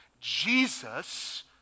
Jesus